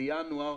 בינואר.